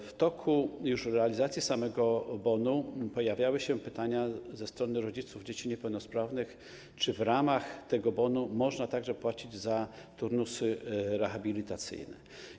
Już w toku realizacji bonu pojawiały się pytania ze strony rodziców dzieci niepełnosprawnych, czy w ramach tego bonu można także płacić za turnusy rehabilitacyjne.